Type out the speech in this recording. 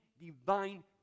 divine